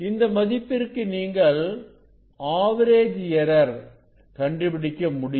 இந்த மதிப்பிற்கு நீங்கள் ஆவரேஜ் எரர் கண்டுபிடிக்க முடியும்